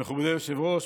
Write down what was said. מכובדי היושב-ראש,